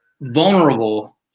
Vulnerable